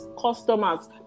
customers